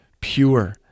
pure